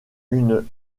une